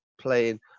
playing